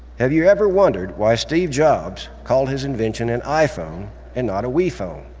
have you ever wondered why steve jobs called his invention an iphone and not a we-phone?